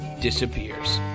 disappears